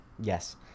Yes